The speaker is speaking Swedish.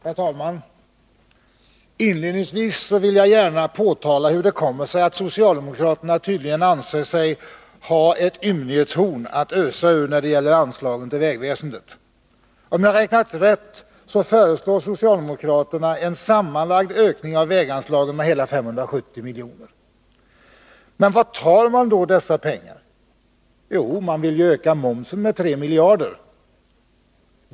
Herr talman! Inledningsvis vill jag gärna påpeka att socialdemokraterna tydligen anser sig ha ett ”ymnighetshorn” att ösa ur när det gäller anslagen till vägväsendet. Om jag räknat rätt, föreslår socialdemokraterna en sammanlagd ökning av väganslagen med hela 570 miljoner. Men var tar man då dessa pengar? Jo, man vill öka momsen med 3 miljarder.